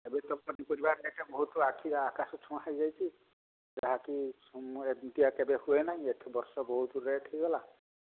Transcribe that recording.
ଏବେ ତ ପନି ପରିବା ରେଟ୍ ବହୁତ ଆଖି ଆକାଶ ଛୁଆଁ ରେଟ୍ ହୋଇଯାଇଛି ଯାହା କି ସମୟ ଏମିତିଆ କେବେ ହୁଏ ନାହିଁ ଏଠି ବର୍ଷ ବହୁତ ରେଟ୍ ହୋଇଗଲା